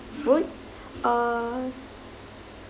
food uh